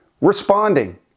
responding